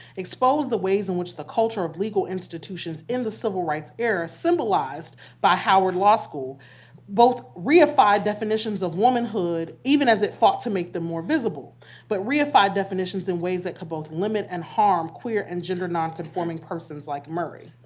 exposed the ways in which the culture of legal institutions in the civil rights era symbolized by howard law school both reified definitions of womanhood even as it fought to make them more visible but reified definitions in ways that could both limit and harm queer and gender non-conforming persons like murray.